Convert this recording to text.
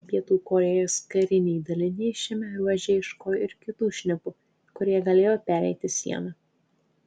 pietų korėjos kariniai daliniai šiame ruože ieškojo ir kitų šnipų kurie galėjo pereiti sieną